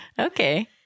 Okay